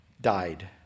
died